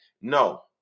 no